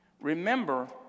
Remember